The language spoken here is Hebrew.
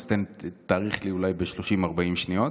אז תאריך לי אולי ב-30 או 40 שניות.